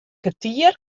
kertier